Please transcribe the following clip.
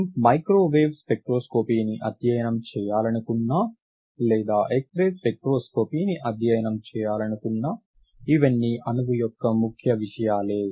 మనం మైక్రోవేవ్ స్పెక్ట్రోస్కోపీని అధ్యయనం చేయాలనుకున్నా లేదా ఎక్స్ రే స్పెక్ట్రోస్కోపీని అధ్యయనం చేయాలనుకున్నా ఇవన్నీ అణువు యొక్క ముఖ్య విషయాలే